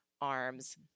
arms